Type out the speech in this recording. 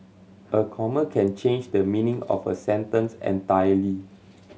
a comma can change the meaning of a sentence entirely